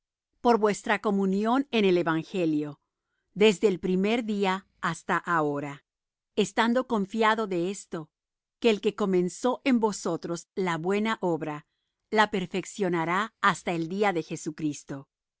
por vuestra comunión en el evangelio desde el primer día hasta ahora estando confiado de esto que el que comenzó en vosotros la buena obra la perfeccionará hasta el día de